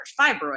fibroid